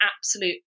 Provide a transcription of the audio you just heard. absolute